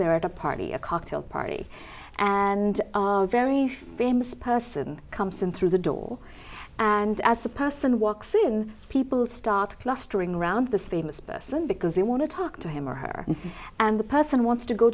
there at a party a cocktail party and very famous person comes in through the door and as the person walks in people start clustering around this famous person because they want to talk to him or her and the person wants to go